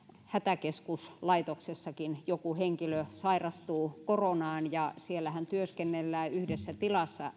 hätäkeskuslaitoksessakin joku henkilö sairastuu koronaan siellähän työskentelevät hätäkeskuspäivystäjät yhdessä tilassa